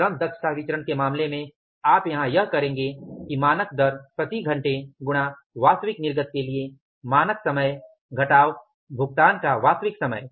श्रम दक्षता विचरण के मामले में आप यहां यह करेंगे कि मानक दर प्रति घंटे गुणा वास्तविक निर्गत के लिए मानक समय घटाव भुगतान का वास्तविक समय